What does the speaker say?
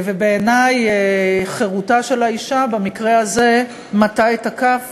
בעיני חירותה של האישה במקרה הזה מטה את הכף